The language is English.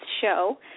show